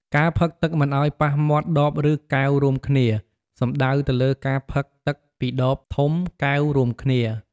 ការផឹកទឹកមិនឱ្យប៉ះមាត់ដបឫកែវរួមគ្នា សំដៅទៅលើការផឹកទឹកពីដបធំ កែវរួមគ្នា។